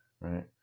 right